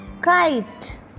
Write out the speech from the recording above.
kite